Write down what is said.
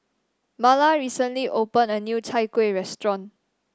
Marla recently opened a new Chai Kueh restaurant